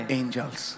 angels